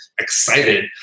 excited